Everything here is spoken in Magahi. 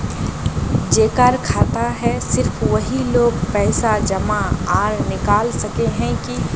जेकर खाता है सिर्फ वही लोग पैसा जमा आर निकाल सके है की?